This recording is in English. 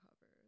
cover